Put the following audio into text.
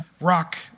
rock